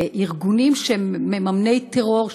לארגונים שהם מממני טרור,